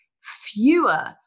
fewer